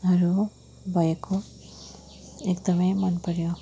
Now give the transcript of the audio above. हरू भएको एकदमै मन पर्यो